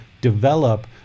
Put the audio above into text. develop